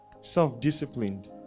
self-disciplined